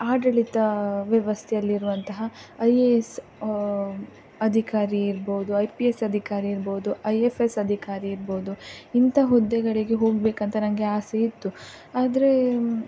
ಆಡಳಿತ ವ್ಯವಸ್ಥೆಯಲ್ಲಿರುವಂತಹ I A S ಅದಿಕಾರಿ ಇರ್ಬೋದು ಐ ಪಿ ಎಸ್ ಅಧಿಕಾರಿ ಇರ್ಬೋದು ಐ ಎಫ್ ಎಸ್ ಅಧಿಕಾರಿ ಇರ್ಬೋದು ಇಂಥ ಹುದ್ದೆಗಳಿಗೆ ಹೋಗಬೇಕಂತ ನನಗೆ ಆಸೆಯಿತ್ತು ಆದರೆ